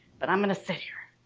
but i'm gonna sit here.